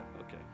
Okay